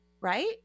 right